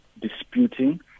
disputing